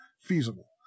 feasible